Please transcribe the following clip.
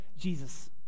Jesus